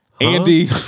Andy